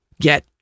get